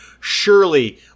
surely